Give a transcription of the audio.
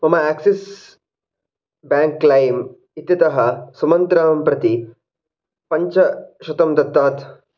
मम Axis Bank लैम् इत्यतः सुमन्त्रां प्रति पञ्चशतं दत्तात्